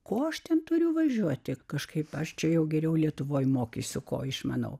ko aš ten turiu važiuoti kažkaip aš čia jau geriau lietuvoje mokysiu ko išmanau